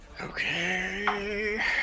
Okay